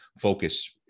focus